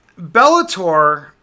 Bellator